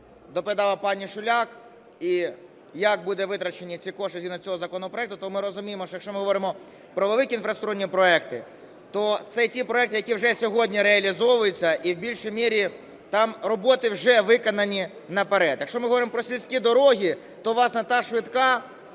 доповідала пані Шуляк, і як будуть витрачені ці кошти згідно цього законопроекту, то ми розуміємо, що якщо ми говоримо про великі інфраструктурні проєкти, то це ті проекти, які вже сьогодні реалізовуються. І в більшій мірі там роботи вже виконані наперед. Якщо ми говоримо про сільські дороги, то, власне, та "швидка"